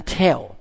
tell